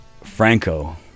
Franco